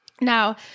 Now